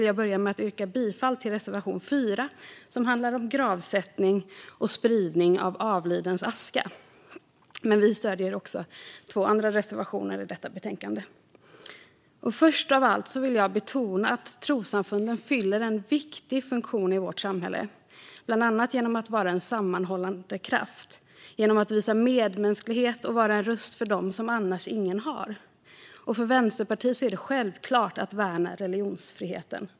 Jag vill yrka bifall till reservation 4 som handlar om gravsättning och spridning av avlidens aska. Jag stöder dock också två andra reservationer i detta betänkande. Först av allt vill jag betona att trossamfunden fyller en viktig funktion i vårt samhälle, bland annat genom att vara en sammanhållande kraft och genom att visa medmänsklighet och vara en röst för dem som annars ingen har. För Vänsterpartiet är det självklart att värna religionsfriheten.